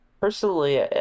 Personally